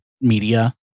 media